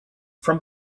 from